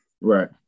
Right